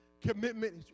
Commitment